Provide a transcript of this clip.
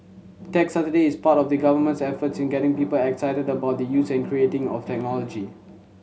Tech Saturday is part of the Government's efforts in getting people excited about the using and creating of technology